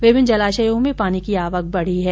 विभिन्न जलाशयों में पानी की आवक बढ़ी है